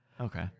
Okay